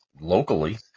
locally